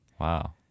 Wow